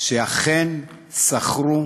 שאכן סחרו